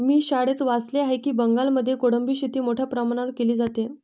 मी शाळेत वाचले आहे की बंगालमध्ये कोळंबी शेती मोठ्या प्रमाणावर केली जाते